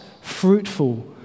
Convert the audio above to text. fruitful